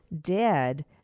dead